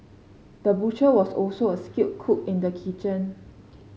the butcher was also a skilled cook in the kitchen